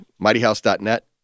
mightyhouse.net